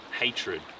hatred